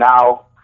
now